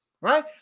Right